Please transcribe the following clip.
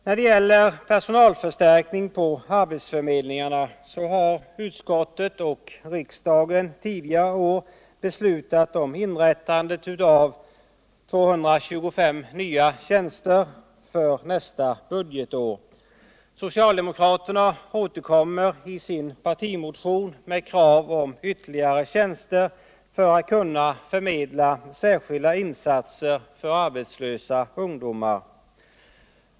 När det gäller personalförstärkning på arbetsförmedlingarna har riksdagen tidigare i år beslutat om inrättande av 225 nya tjänster för nästa budgetår. Socialdemokraterna återkommer i sin partimotion med krav på ytterligare tjänster för att det skall bli möjligt att göra särskilda insatser för arbetslös ungdom.